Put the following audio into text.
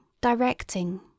directing